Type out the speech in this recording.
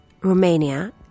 Romania